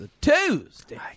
Tuesday